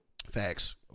Facts